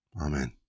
Amen